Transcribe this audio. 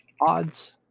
odds